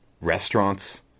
restaurants